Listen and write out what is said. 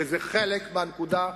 כי זה חלק מהנקודה,